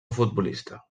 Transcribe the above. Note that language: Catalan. futbolista